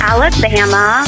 Alabama